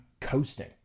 coasting